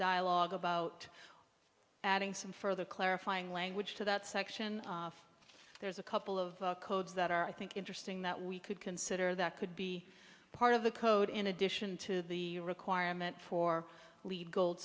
dialogue about adding some further clarifying language to that section there's a couple of codes that are i think interesting that we could consider that could be part of the code in addition to the requirement for lead gold